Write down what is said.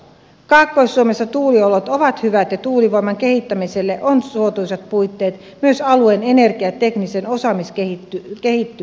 kaakkois suomessa tuuliolot ovat hyvät ja tuulivoiman kehittämiselle on suotuisat puitteet myös alueen energiateknisen osaamiskeskittymän vuoksi